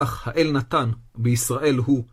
אך האל נתן בישראל הוא.